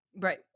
Right